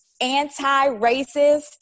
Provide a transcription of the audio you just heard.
anti-racist